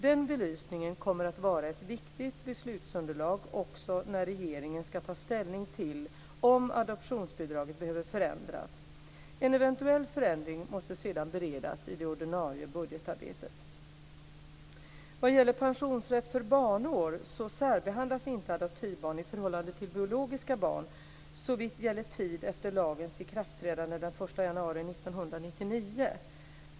Den belysningen kommer att vara ett viktigt beslutsunderlag också när regeringen ska ta ställning till om adoptionsbidraget behöver förändras. En eventuell förändring måste sedan beredas i det ordinarie budgetarbetet. Vad gäller pensionsrätt för barnår särbehandlas inte adoptivbarn i förhållande till biologiska barn såvitt gäller tid efter lagens ikraftträdande den 1 januari 1999.